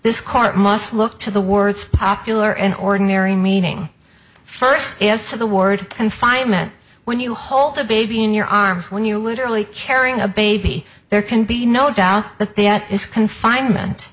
this court must look to the words popular and ordinary meaning first is to the word confinement when you hold the baby in your arms when you literally carrying a baby there can be no doubt that the his confinement